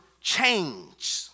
change